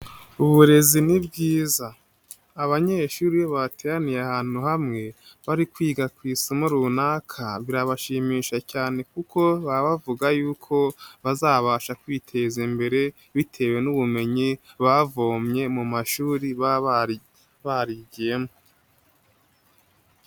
Uburezi ni bwiza. Abanyeshuri iyo bateraniye ahantu hamwe, bari kwiga ku isomo runaka, birabashimisha cyane kuko baba bavuga yuko bazabasha kwiteza imbere bitewe n'ubumenyi bavomye mu mashuri baba barigiyemo.